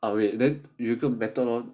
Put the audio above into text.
ah wait then you could better not